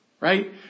right